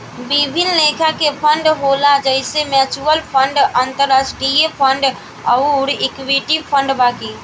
विभिन्न लेखा के फंड होला जइसे म्यूच्यूअल फंड, अंतरास्ट्रीय फंड अउर इक्विटी फंड बाकी